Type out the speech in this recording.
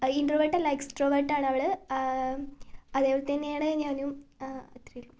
ഇൻറ്റർവേട്ടല്ല എക്സ്ട്രോവേട്ടാ ണവള് അതേപോലെതന്നെയാണ് ഞാനും